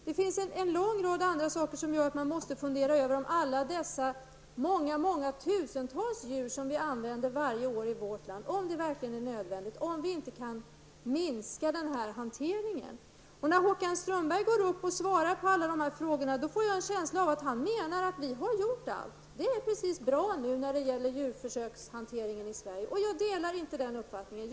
Det finns en lång rad andra saker som gör att man måste fundera över om alla de tusentals djurförsök som vi varje år gör verkligen är nödvändiga eller om vi inte kan minska hanteringen. När Håkan Strömberg går upp och svarar på frågorna får jag en känsla av att han menar att vi gjort allt och att allt är bra när det gäller djurförsökshanteringen i Sverige. Men jag delar inte den uppfattningen.